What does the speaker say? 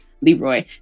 Leroy